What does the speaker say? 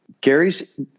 Gary's